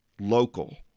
local